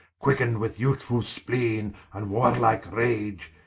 quicken'd with youthfull spleene, and warlike rage,